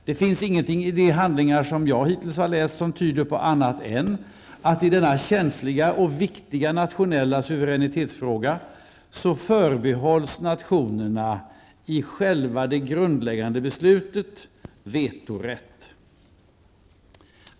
Det finns ingenting i de handlingar som jag hittills har läst som tyder på annat än att nationerna i denna känsliga och viktiga nationella suveränitetsfråga förbehålls vetorätt vid själva det grundläggande beslutet.